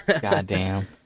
Goddamn